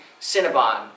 Cinnabon